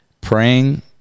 praying